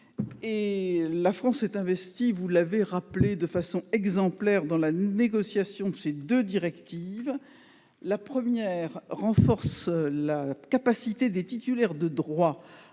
La France s'est investie de façon exemplaire dans la négociation de ces deux directives. La première renforce la capacité des titulaires de droits